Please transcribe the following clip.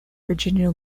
virginia